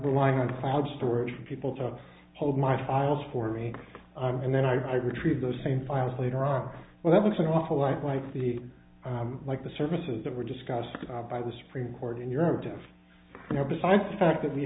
relying on the cloud storage for people to hold my files for me and then i retrieve those same files later on when i was an awful lot like the like the services that were discussed by the supreme court in europe do you know besides the fact that we